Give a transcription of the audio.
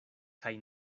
kaj